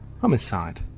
Homicide